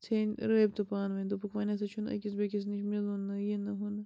ژھیٚنۍ رٲبطہٕ پانہٕ وٲنۍ دوٚپُکھ وۄنۍ ہسا چھُنہٕ أکَس بیٚیِس نش میلُن نہٕ یہِ نہٕ ہو نہٕ